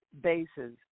bases